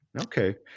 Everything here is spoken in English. Okay